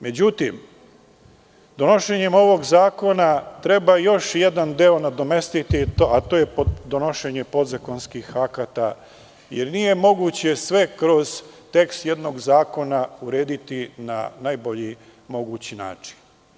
Međutim, donošenjem ovog zakona treba još jedan deo nadomestiti, a to je donošenje podzakonskih akata, jer nije moguće sve kroz tekst jednog zakona urediti na najbolji mogući način.